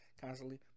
constantly